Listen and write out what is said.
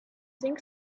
think